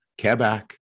Quebec